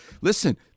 Listen